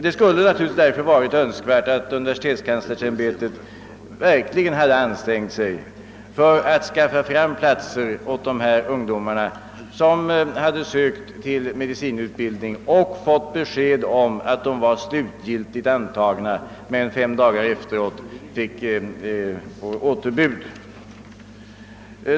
Det skulle naturligtvis därför ha varit önskvärt att universitetskanslersämbetet verkligen hade ansträngt sig för att skaffa fram platser åt de ungdomar, som har sökt till medicinsk utbildning och fått besked om att de var slutgiltigt antagna men fem dagar efteråt fick återbud.